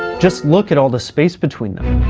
just look at all the space between them.